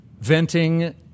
venting